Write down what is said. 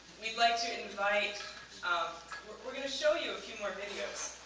we'd like to invite um we're going to show you a few more videos